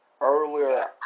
Earlier